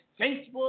Facebook